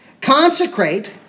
Consecrate